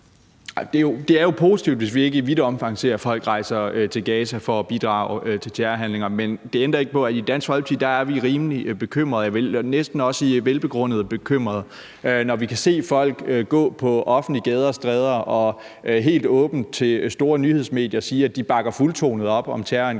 Det er jo positivt, hvis vi ikke i vidt omfang ser folk rejse til Gaza for at bidrage til terrorhandlinger, men det ændrer ikke på, at vi i Dansk Folkeparti er rimelig bekymrede – jeg vil næsten også sige velbegrundet bekymrede – når vi kan se folk gå på offentlige gader og stræder og helt åbent til store nyhedsmedier sige, at de bakker fuldtonet op om terrorangrebet